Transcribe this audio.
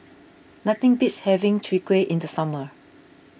nothing beats having Chwee Kueh in the summer